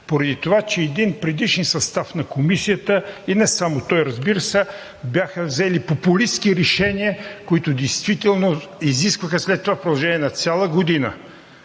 поради това, че в един предишен състав на Комисията, и не само той, разбира се, бяха взели популистки решения, които действително изискваха след това в продължение на цяла година